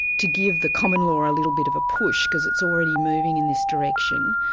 to give the common law a little bit of a push, because it's already moving in this direction,